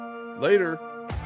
later